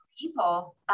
people